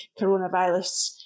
coronavirus